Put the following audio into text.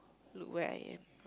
look where I am